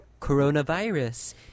coronavirus